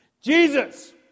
Jesus